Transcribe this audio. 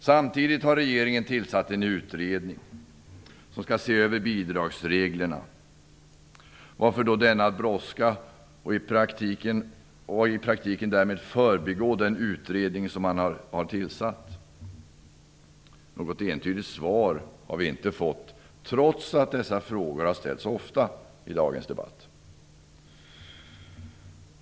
Samtidigt har regeringen tillsatt en utredning som skall se över bidragsreglerna. Varför denna brådska, varmed man i praktiken förbigår den utredning som man har tillsatt? Något entydigt svar har vi inte fått, trots att dessa frågor har ställts ofta i dagens debatt.